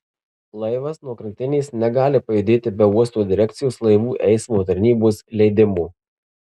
laivas nuo krantinės negali pajudėti be uosto direkcijos laivų eismo tarnybos leidimo